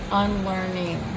unlearning